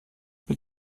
mit